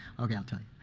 ok, i'll tell you.